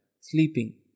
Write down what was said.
sleeping